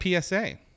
PSA